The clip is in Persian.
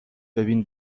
ببین